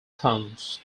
towns